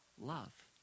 love